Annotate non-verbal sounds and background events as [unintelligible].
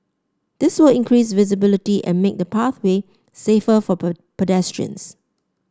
this will increase visibility and make the pathway safer for [unintelligible] pedestrians